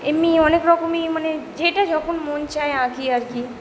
এমনি অনেক রকমই মানে যেইটা যখন মন চায় আঁকি আর কি